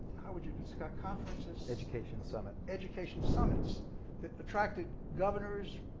how would you describe, conferences? education summit. education summits that attracted governors,